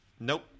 Nope